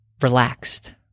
relaxed